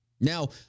Now